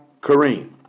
Kareem